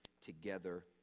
together